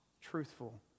truthful